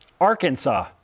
Arkansas